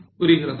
புரிகிறதா